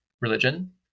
religion